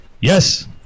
Yes